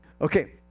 Okay